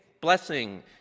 blessing